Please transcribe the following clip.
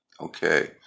okay